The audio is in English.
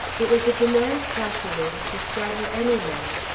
it was a demand calculated to startle any man.